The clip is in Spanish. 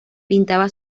pintaba